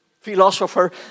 Philosopher